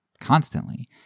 constantly